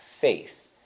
faith